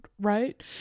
right